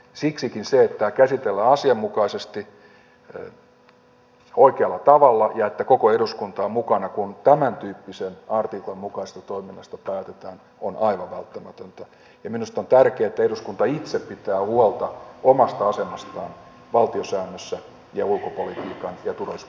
siksikin se että tämä käsitellään asianmukaisesti oikealla tavalla ja että koko eduskunta on mukana kun tämäntyyppisen artiklan mukaisesta toiminnasta päätetään on aivan välttämätöntä ja minusta on tärkeää että eduskunta itse pitää huolta omasta asemastaan valtiosäännössä ja ulkopolitiikan ja turvallisuuspolitiikan hoitamisessa